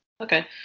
okay